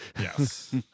Yes